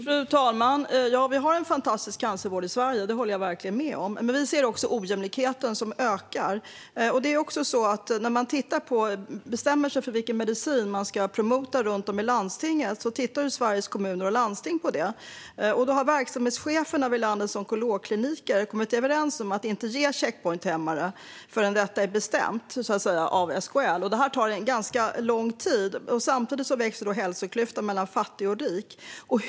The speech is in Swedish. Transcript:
Fru talman! Vi har en fantastisk cancervård i Sverige. Det håller jag verkligen med om. Men vi ser också att ojämlikheten ökar. När man bestämmer sig för vilken medicin som man ska promota runt om i landstingen tittar Sveriges Kommuner och Landsting på det. Verksamhetscheferna vid landets onkologkliniker har kommit överens om att inte ge checkpointhämmare förrän det är bestämt av SKL. Det tar en ganska lång tid. Samtidigt växer hälsoklyftan mellan fattig och rik.